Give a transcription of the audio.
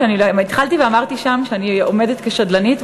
התחלתי ואמרתי שם שאני עומדת כשדלנית,